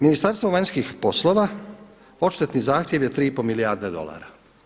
Ministarstvo vanjskih poslova odštetni zahtjev je 3,5 milijarde dolara.